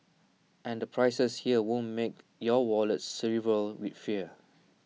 and the prices here won't make your wallet shrivel with fear